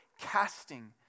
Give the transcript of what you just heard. Casting